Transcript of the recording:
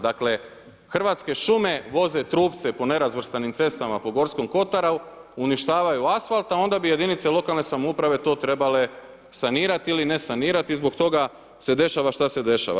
Dakle, Hrvatske šume voze trupce po nerazvrstanim cestama, po Gorskom kotaru, uništavaju asfalt, a onda bi jedinice lokalne samouprave to trebale sanirati ili ne sanirati i zbog toga se dešava šta se dešava.